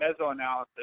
Mesoanalysis